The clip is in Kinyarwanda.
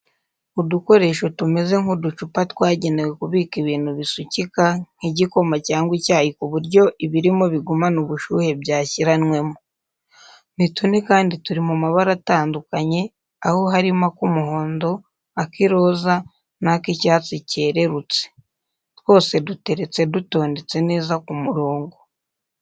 Udukoresho tumeze nk'uducupa twagenewe kubika ibintu bisukika nk'igikoma cyangwa icyayi ku buryo ibirimo bigumana ubushyuhe byashyiranwemo. Ni tune kandi turi mu mabara atandukanye aho harimo ak'umuhondo, ak'iroza, n'ak'icyatsi cyererutse. Twose duteretse dutondetse neza ku murongo.